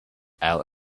our